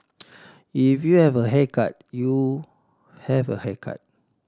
if you have a haircut you have a haircut